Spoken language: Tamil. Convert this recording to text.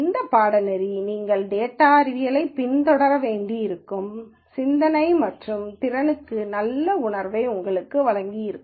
இந்த பாடநெறி நீங்கள் டேட்டா அறிவியலைப் பின்தொடர வேண்டியிருக்கும் சிந்தனை மற்றும் திறனுக்கான நல்ல உணர்வை உங்களுக்கு வழங்கியிருக்கும்